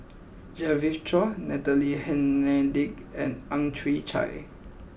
Genevieve Chua Natalie Hennedige and Ang Chwee Chai